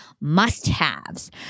must-haves